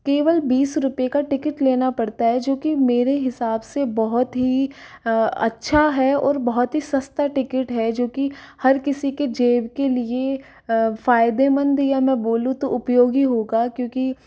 केवल बीस रुपए का टिकट लेना पड़ता है जो कि मेरे हिसाब से बहुत ही अच्छा है और बहुत ही सस्ता टिकट है जो कि हर किसी के जेब के लिए फायदेमंद या मैं बोलूँ तो उपयोगी होगा क्योंकि